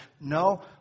No